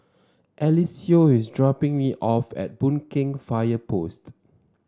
Eliseo is dropping me off at Boon Keng Fire Post